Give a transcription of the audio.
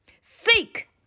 Seek